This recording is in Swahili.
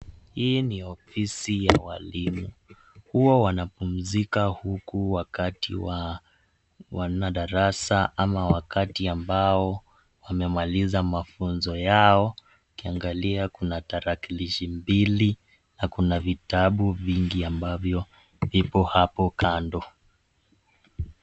Hii ni ofisi ya walimu. Huwa wanapumzika huku wakati wanadarasa ama wakati yambao. Hame maliza mafunzo yao. ukiangalia kuna tarakilishi mbili. kuna vitabu vingi ambavyovipo hapo kando.